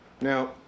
Now